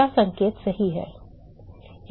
क्या संकेत सही है